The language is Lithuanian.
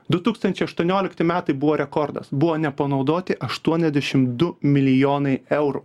du tūkstančiai aštuoniolikti metai buvo rekordas buvo nepanaudoti aštuoniasdešim du milijonai eurų